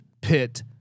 Pitt